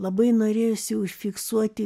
labai norėjosi užfiksuoti